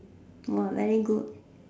!whoa! like that good